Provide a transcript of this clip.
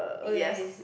yes